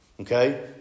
Okay